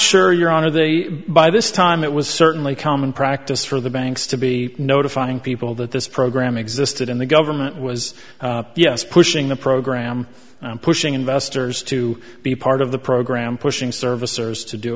sure your honor they by this time it was certainly common practice for the banks to be notifying people that this program existed and the government was yes pushing the program and pushing investors to be part of the program pushing servicers to do